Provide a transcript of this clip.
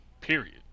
Period